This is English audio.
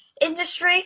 industry